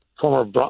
former